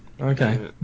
Okay